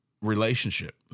relationship